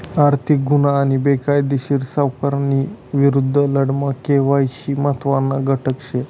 आर्थिक गुन्हा आणि बेकायदेशीर सावकारीना विरुद्ध लढामा के.वाय.सी महत्त्वना घटक शे